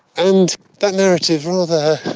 and that narrative rather,